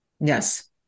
Yes